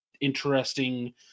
interesting